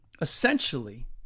essentially